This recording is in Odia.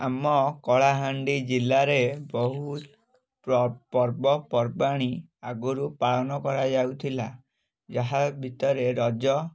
ଆମ କଳାହାଣ୍ଡି ଜିଲ୍ଲାରେ ବହୁତ ପର୍ବ ପର୍ବାଣି ଆଗରୁ ପାଳନ କରାଯାଉଥିଲା ଯାହା ଭିତରେ ରଜ